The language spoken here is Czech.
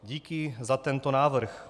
Díky za tento návrh.